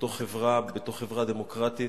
בתוך חברה ובתוך חברה דמוקרטית,